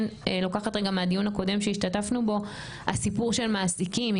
לוקחת רגע מהדיון הקודם שהשתתפנו בו הסיפור של מעסיקים,